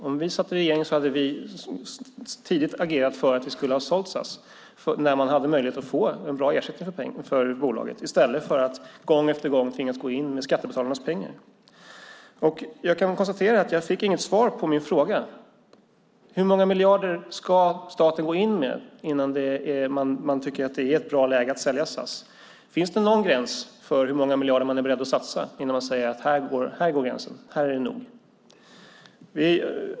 Om vi suttit i regeringen hade vi tidigt agerat för att sälja SAS, när det fanns möjligheter att få bra ersättning för bolaget, i stället för att gång på gång tvingas gå in med skattebetalarnas pengar. Jag kan konstatera att jag inte fick något svar på min fråga. Hur många miljarder ska staten gå in med innan man tycker att det är ett bra läge att sälja SAS? Finns det någon gräns för hur många miljarder man är beredd att satsa innan man säger: Här går gränsen, nu är det nog?